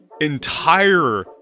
entire